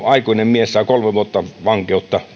aikuinen mies saa vain kolme vuotta vankeutta